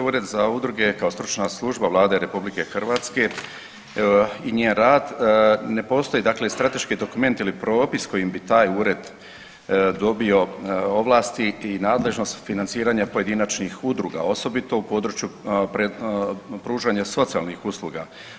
Ured za udruge kao stručna služba Vlade RH i njen rad, ne postoji dakle strateški dokument ili propis kojim bi taj ured dobio ovlasti i nadležnost financiranja pojedinačnih udruga osobito u području pružanja socijalnih usluga.